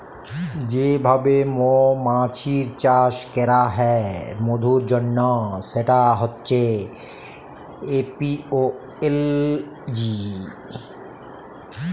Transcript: যে ভাবে মমাছির চাষ ক্যরা হ্যয় মধুর জনহ সেটা হচ্যে এপিওলজি